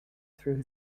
through